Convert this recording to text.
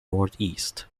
northeast